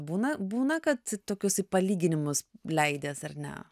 būna būna kad tokius į palyginimus leidies ar ne